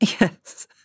Yes